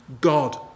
God